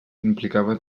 implicava